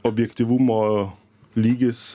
objektyvumo lygis